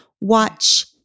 watch